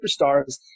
superstars